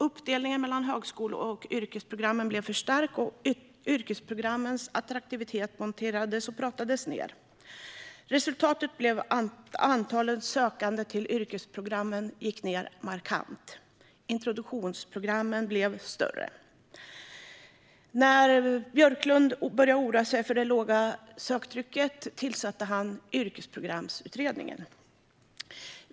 Uppdelningen mellan högskole och yrkesprogram blev för stark, och yrkesprogrammens attraktivitet monterades ned. Resultatet blev att antalet sökande till yrkesprogrammen gick ned markant. Introduktionsprogrammen blev större. När Björklund började oroa sig för det låga söktrycket tillsatte han Yrkesprogramsutredningen.